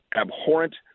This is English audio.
abhorrent